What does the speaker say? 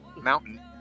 mountain